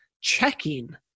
checking